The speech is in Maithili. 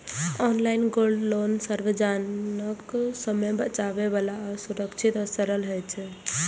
ऑनलाइन गोल्ड लोन सुविधाजनक, समय बचाबै बला आ सुरक्षित आ सरल होइ छै